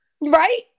right